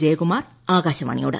ജയകുമാർ ആകാശവാണിയോട്